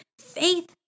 faith